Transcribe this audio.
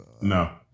no